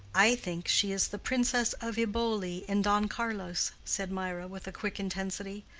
i think she is the princess of eboli in don carlos, said mirah, with a quick intensity.